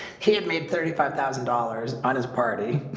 he had made thirty five thousand dollars on his party